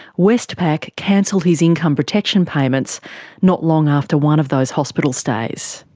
westpac cancelled his income protection payments not long after one of those hospital stays.